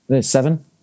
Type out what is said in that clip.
Seven